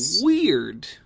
weird